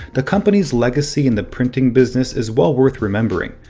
the company's legacy in the printing business is well worth remembering.